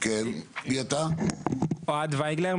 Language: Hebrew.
אוהד וייגלר,